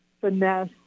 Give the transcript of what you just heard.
finesse